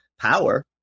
power